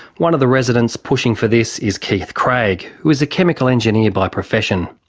one of the residents pushing for this is keith craig, who is a chemical engineer by profession.